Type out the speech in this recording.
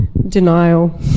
Denial